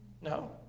No